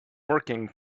working